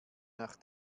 nach